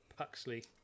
Puxley